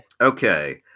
Okay